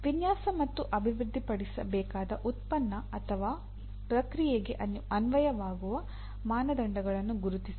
ವಿನ್ಯಾಸ ಮತ್ತು ಅಭಿವೃದ್ಧಿಪಡಿಸಬೇಕಾದ ಉತ್ಪನ್ನ ಅಥವಾ ಪ್ರಕ್ರಿಯೆಗೆ ಅನ್ವಯವಾಗುವ ಮಾನದಂಡಗಳನ್ನು ಗುರುತಿಸಿ